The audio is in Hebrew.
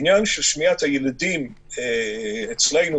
עניין שמיעת הילדים אצלנו,